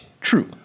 True